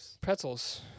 pretzels